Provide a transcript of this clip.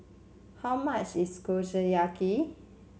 how much is Kushiyaki